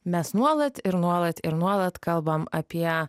mes nuolat ir nuolat ir nuolat kalbam apie